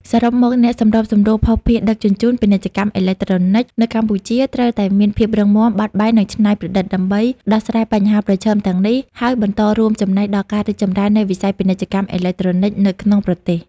សរុបមក អ្នកសម្របសម្រួលភស្តុភារដឹកជញ្ជូន ពាណិជ្ជកម្មអេឡិចត្រូនិកនៅកម្ពុជាត្រូវតែមានភាពរឹងមាំ បត់បែន និងច្នៃប្រឌិត ដើម្បីដោះស្រាយបញ្ហាប្រឈមទាំងនេះ ហើយបន្តរួមចំណែកដល់ការរីកចម្រើននៃវិស័យពាណិជ្ជកម្មអេឡិចត្រូនិក នៅក្នុងប្រទេស។